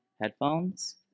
headphones